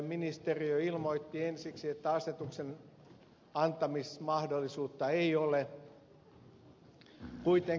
ministeriö ilmoitti ensiksi että asetuksen antamismahdollisuutta ei ole